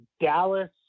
Dallas